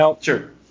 Sure